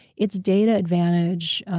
its data advantage,